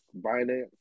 Binance